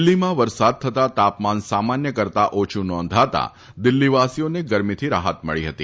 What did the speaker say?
દિલ્હીમાં વરસાદ થતા તાપમાન સામાન્ય કરતા ઓછૂં નોંધાતા દિલ્હીવાસીઓને ગરમીથી રાહત મળી હતી